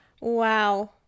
Wow